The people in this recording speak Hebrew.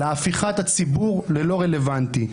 להפיכת הציבור ללא-רלוונטי.